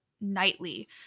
nightly